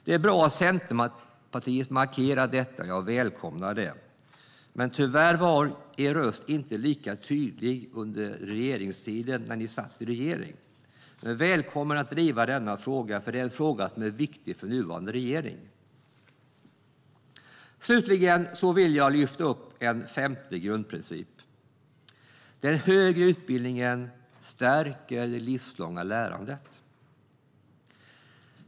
Det är bra att Centerpartiet markerar detta, och jag välkomnar det. Tyvärr var er röst om detta inte lika stark under er tid i regeringen. Men välkomna att driva denna fråga, för det är en fråga som är viktig för nuvarande regering. Slutligen vill jag lyfta fram en femte grundprincip: Den högre utbildningen stärker det livslånga lärandet.